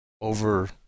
over